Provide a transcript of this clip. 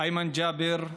איימן ג'אבר,